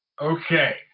Okay